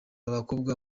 bakomoka